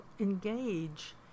engage